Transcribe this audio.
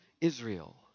Israel